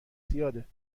زیاده